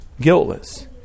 guiltless